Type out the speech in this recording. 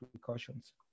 precautions